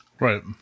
Right